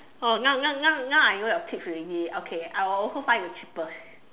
oh now now now now I know your tricks already okay I will also find the cheapest